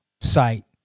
site